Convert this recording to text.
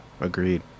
agreed